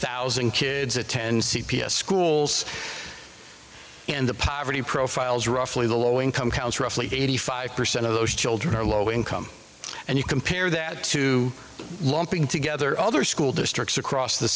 thousand kids attend c p s schools and the poverty profiles roughly the low income house roughly eighty five percent of those children are low income and you compare that to lumping together all the school districts across the